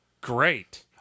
Great